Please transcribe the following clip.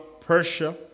Persia